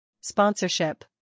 Sponsorship